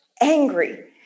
angry